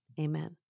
amen